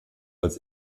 als